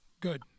Good